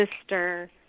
sister